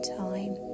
time